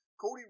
Cody